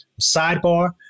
sidebar